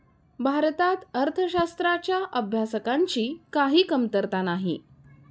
भारतात अर्थशास्त्राच्या अभ्यासकांची काही कमतरता नाही